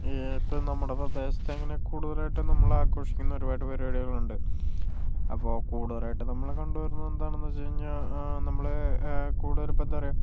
എപ്പോഴും നമ്മുടെ പ്രദേശത്തങ്ങനെ കൂടുതലായിട്ടും നമ്മള് ആഘോഷിക്കുന്ന ഒരുപാട് പരിപാടികളുണ്ട് അപ്പോൾ കൂടുതലായിട്ടും നമ്മള് കണ്ട് വരുന്നത് എന്താണെന്ന് വച്ച് കഴിഞ്ഞാൽ നമ്മുടെ കൂടുതലിപ്പോൾ എന്താ പറയുക